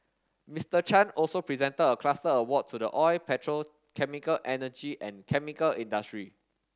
Mister Chan also presented a cluster award to the oil petrochemical energy and chemical industry